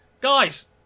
Guys